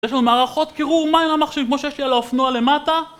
יש לנו מערכות קירור מים למחשב כמו שיש לי על האופנוע למטה